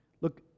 Look